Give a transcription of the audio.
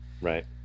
Right